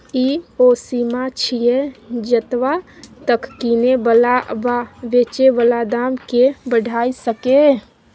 ई ओ सीमा छिये जतबा तक किने बला वा बेचे बला दाम केय बढ़ाई सकेए